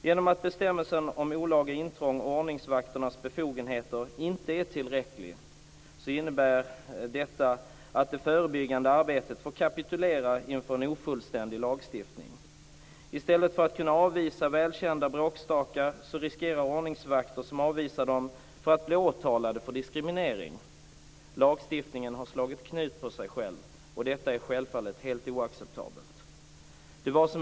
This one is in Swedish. Genom att bestämmelsen om olaga intrång och ordningsvakternas befogenheter inte är tillräcklig innebär detta att det förebyggande arbetet får kapitulera inför en ofullständig lagstiftning. I stället för att kunna avvisa välkända bråkstakar riskerar ordningsvakter som avvisar dem att bli åtalade för diskriminering. Lagstiftningen har slagit knut på sig själv, och detta är självfallet helt oacceptabelt.